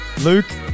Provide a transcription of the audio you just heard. Luke